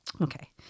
Okay